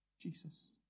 Jesus